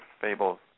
fables